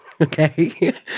okay